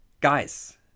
Guys